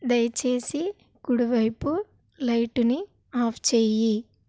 దయచేసి కుడివైపు లైటుని ఆఫ్ చెయ్యి